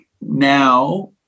now